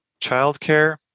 childcare